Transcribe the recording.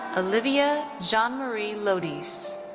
olivia jeanne-marie lodise.